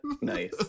nice